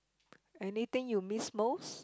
anything you miss most